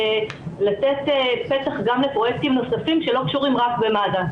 לתת פתח גם לפרויקטים נוספים שלא קשורים רק במד"א.